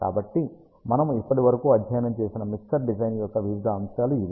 కాబట్టి మనము ఇప్పటి వరకు అధ్యయనం చేసిన మిక్సర్ డిజైన్ యొక్క వివిధ అంశాలు ఇవే